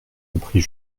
reprit